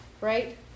Right